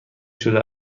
شده